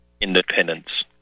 independence